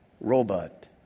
robot